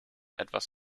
etwas